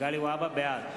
בעד